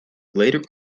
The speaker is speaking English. later